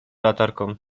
latarką